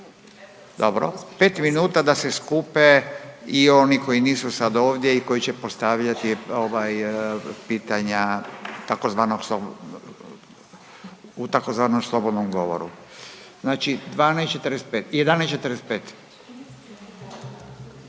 Dobro, 5 minuta da se skupe i oni koji nisu sad ovdje i koji će postavljati ovaj pitanja tzv. slobo…, u tzv. slobodnom govoru, znači 12,45,